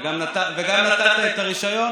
וגם נתת את הרישיון